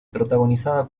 protagonizada